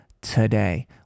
today